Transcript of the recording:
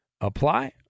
apply